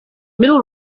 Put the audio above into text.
middle